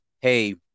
hey